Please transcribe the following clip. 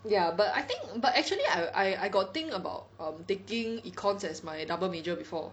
ya but I think but actually I I got think about um taking econs as my double major before